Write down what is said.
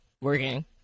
working